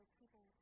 people